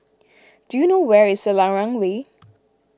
do you know where is Selarang Way